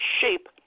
shape